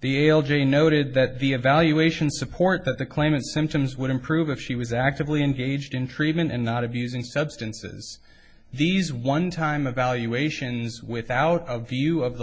the ael j noted that the evaluation support that the claimant symptoms would improve if she was actively engaged in treatment and not abusing substances these one time a valuation is without a view of the